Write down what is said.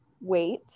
wait